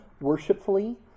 worshipfully